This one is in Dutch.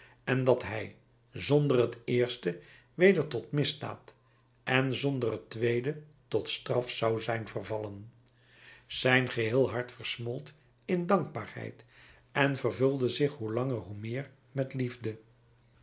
en dat hij zonder het eerste weder tot misdaad en zonder het tweede tot straf zou zijn vervallen zijn geheel hart versmolt in dankbaarheid en vervulde zich hoe langer hoe meer met liefde